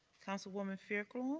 councilwoman fairclough.